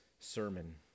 sermon